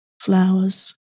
flowers